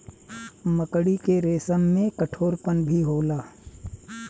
मकड़ी के रेसम में कठोरपन भी होला